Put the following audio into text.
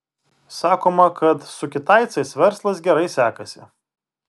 sakoma kad su kitaicais verslas gerai sekasi